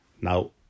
Now